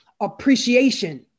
appreciation